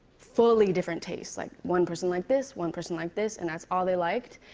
fully different tastes like, one person like this, one person like this, and that's all they liked,